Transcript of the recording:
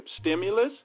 Stimulus